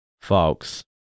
folks